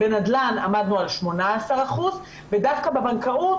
עמדנו על 18%. דווקא בבנקאות,